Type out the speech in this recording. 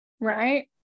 right